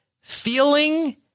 feeling